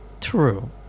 True